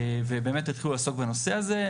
ובאמת, התחילו לעסוק בנושא הזה.